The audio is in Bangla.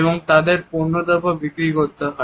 এবং তাদের পণ্যদ্রব্য বিক্রি করতে হয়